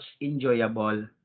enjoyable